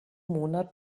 monat